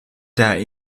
der